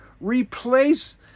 replace